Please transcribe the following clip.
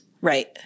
Right